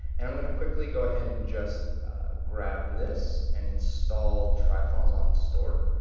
and i'm gonna quickly go ahead and just grab this, and install trifunnels on the store,